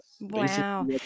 Wow